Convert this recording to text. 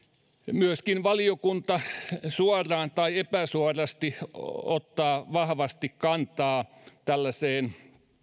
myöskin valiokunta suoraan tai epäsuorasti ottaa vahvasti kantaa tällaiseen